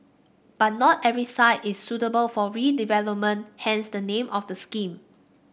but not every site is suitable for redevelopment hence the name of the scheme